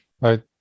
Right